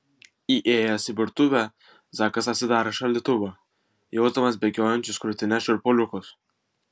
įėjęs į virtuvę zakas atsidarė šaldytuvą jausdamas bėgiojančius krūtine šiurpuliukus